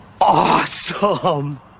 awesome